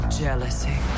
jealousy